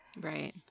Right